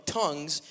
tongues